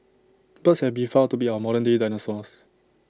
birds have been found to be our modern day dinosaurs